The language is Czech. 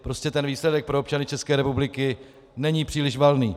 Prostě výsledek pro občany České republiky není příliš valný.